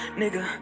nigga